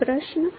कोई प्रश्न